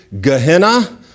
Gehenna